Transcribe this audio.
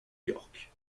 york